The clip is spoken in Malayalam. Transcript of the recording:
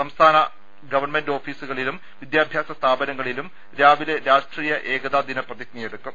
സംസ്ഥാന എല്ലാ ഗവൺമെന്റ് ഓഫീസുകളിലും വിദ്യാഭ്യാസ സ്ഥാപനങ്ങളിലും രാവിലെ രാഷ്ട്രീയ ഏകതാദിന പ്രതിജ്ഞയെടുക്കും